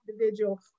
individual